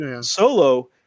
Solo